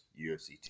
UFC